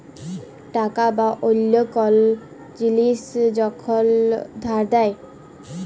টাকা বা অল্য কল জিলিস যখল ধার দেয়